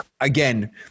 again